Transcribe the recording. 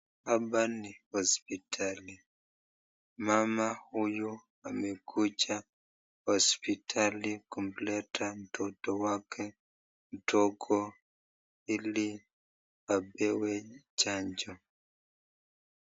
Apa ni hospitali, mama huyu amekuja hospitali kumleta mtoto wake mdogo ili apewe chanjo.